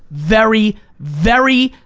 very, very,